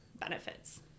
benefits